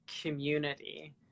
community